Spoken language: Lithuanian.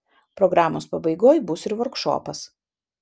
programos pabaigoj bus ir vorkšopas